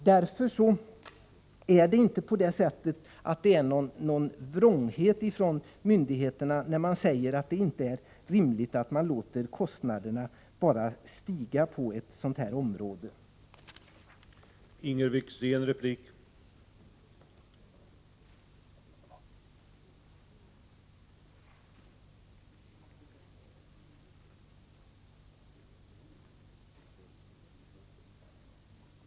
Därför är det inte fråga om vrånghet från myndigheterna när de säger att det inte är rimligt att låta kostnaderna på ett sådant här område bara stiga.